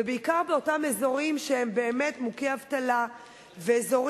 ובעיקר באותם אזורים שהם באמת מוכי אבטלה ואזורים